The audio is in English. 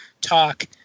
talk